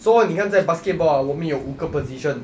so ah 你看在 basketball ah 我们有五个 position